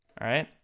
alright?